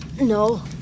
No